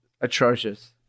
atrocious